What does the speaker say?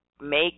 make